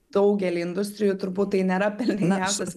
daugelį industrijų turbūt tai nėra pelningiausias